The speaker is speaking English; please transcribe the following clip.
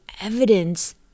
evidence